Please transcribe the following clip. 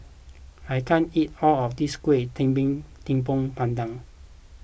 I can't eat all of this Kueh Talam Tepong Pandan